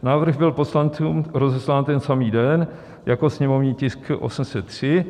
Návrh byl poslancům rozeslán ten samý den jako sněmovní tisk 803.